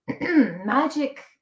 magic